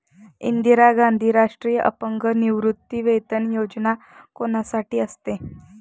इंदिरा गांधी राष्ट्रीय अपंग निवृत्तीवेतन योजना कोणासाठी असते?